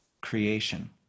creation